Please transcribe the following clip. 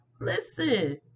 Listen